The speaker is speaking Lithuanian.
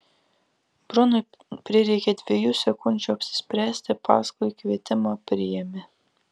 brunui prireikė dviejų sekundžių apsispręsti paskui kvietimą priėmė